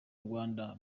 rwanda